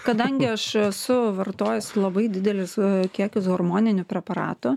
kadangi aš esu vartojusi labai didelius kiekius hormoninių preparatų